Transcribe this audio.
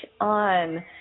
on